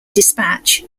dispatch